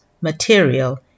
material